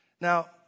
Now